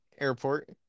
airport